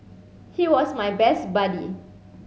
he was my best buddy